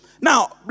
now